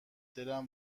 دلم